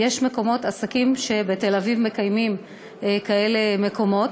יש עסקים בתל אביב שמקיימים כאלה מקומות,